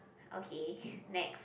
okay next